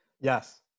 Yes